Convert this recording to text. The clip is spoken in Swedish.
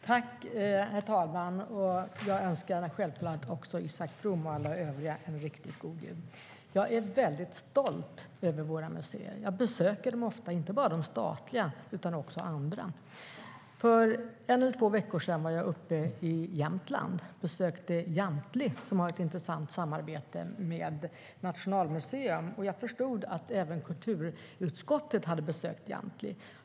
Herr talman! Jag önskar självklart Isak From och alla övriga en riktigt god jul. Jag är väldigt stolt över våra museer. Jag besöker dem ofta, inte bara de statliga utan också andra. För ett par veckor sedan var jag uppe i Jämtland och besökte Jamtli, som har ett intressant samarbete med Nationalmuseum. Jag förstod att även ni i kulturutskottet hade besökt Jamtli.